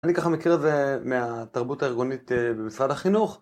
אני ככה מכיר את זה מהתרבות הארגונית במשרד החינוך